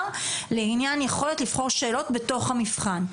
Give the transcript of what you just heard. לעניין יכולת לבחור שאלות בתוך המבחן.